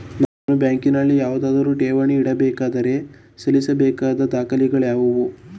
ನಾನು ಬ್ಯಾಂಕಿನಲ್ಲಿ ಯಾವುದಾದರು ಠೇವಣಿ ಇಡಬೇಕಾದರೆ ಸಲ್ಲಿಸಬೇಕಾದ ದಾಖಲೆಗಳಾವವು?